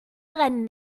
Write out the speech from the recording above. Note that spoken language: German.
brennen